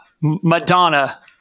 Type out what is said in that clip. Madonna